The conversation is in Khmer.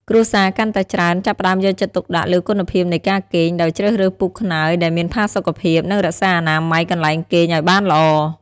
គ្រួសារកាន់តែច្រើនចាប់ផ្តើមយកចិត្តទុកដាក់លើគុណភាពនៃការគេង ដោយជ្រើសរើសពូកខ្នើយដែលមានផាសុកភាព និងរក្សាអនាម័យកន្លែងគេងឱ្យបានល្អ។